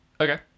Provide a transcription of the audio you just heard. okay